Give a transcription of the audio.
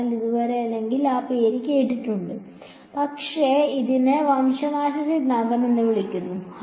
അതിനാൽ ഇതുവരെ അല്ലെങ്കിൽ ഈ പേര് കേട്ടിട്ടുണ്ട് പക്ഷേ ഇതിനെ വംശനാശ സിദ്ധാന്തം എന്ന് വിളിക്കുന്നു